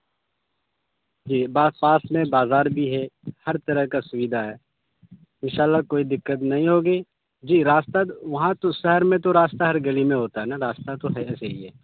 جی آس پاس میں بازار بھی ہے ہر طرح کا سویدھا ہے انشاء اللہ کوئی دقت نہیں ہوگی جی راستہ وہاں تو شہر میں تو راستہ ہر گلی میں ہوتا ہے نا راستہ تو ہے یا صحیح ہے